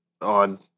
on